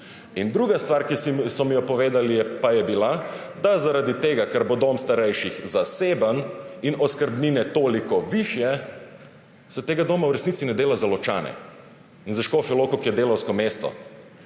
Druga stvar, ki so mi jo povedali, pa je bila, da zaradi tega ker bo dom starejših zaseben in oskrbnine toliko višje, se tega doma v resnici ne dela za Ločane in za Škofja Loko, ki je delavsko mesto,